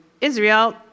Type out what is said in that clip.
Israel